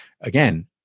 again